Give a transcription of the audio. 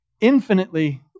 infinitely